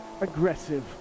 aggressive